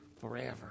forever